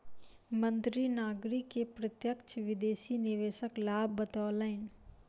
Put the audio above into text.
मंत्री नागरिक के प्रत्यक्ष विदेशी निवेशक लाभ बतौलैन